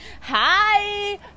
hi